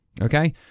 Okay